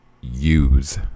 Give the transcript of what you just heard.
use